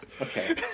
okay